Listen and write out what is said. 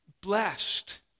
blessed